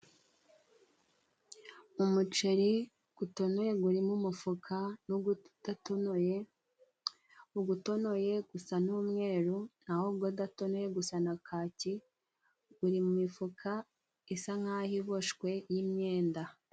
Umuceri gutonoye guri mu mufuka, n'ugudatonoye, ugutonoye gusa n'umweru naho ugudatonoye gusa na kaki ,guri mu mifuka isa nkaho iboshwe y'imyenda.